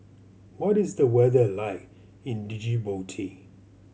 what is the weather like in Djibouti